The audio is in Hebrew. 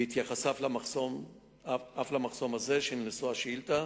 והתייחס אף למחסום הזה מושא השאילתא.